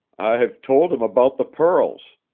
i've told him about the pearls,